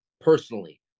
personally